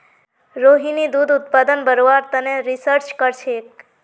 रोहिणी दूध उत्पादन बढ़व्वार तने रिसर्च करछेक